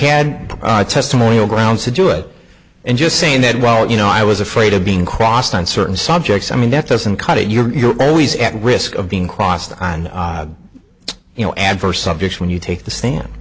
had a testimonial grounds to do it and just saying that well you know i was afraid of being crossed on certain subjects i mean that doesn't cut it you're always at risk of being crossed on you know adverse subject when you take the stand